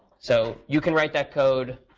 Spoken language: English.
so you can write that code.